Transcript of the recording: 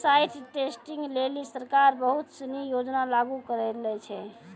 site testing लेलि सरकार बहुत सिनी योजना लागू करलें छै